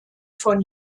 von